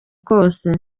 kose